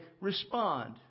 respond